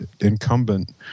incumbent